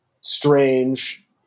strange